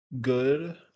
good